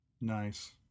nice